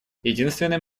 единственным